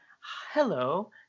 hello